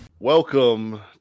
Welcome